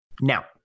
Now